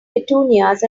petunias